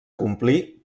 complir